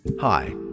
Hi